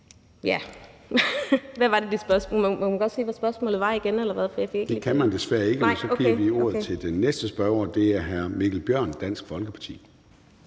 Kl. 16:06 Formanden (Søren Gade): Det kan man desværre ikke. Så giver vi ordet til den næste spørger, og det er hr. Mikkel Bjørn, Dansk Folkeparti.